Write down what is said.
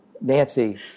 Nancy